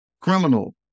criminal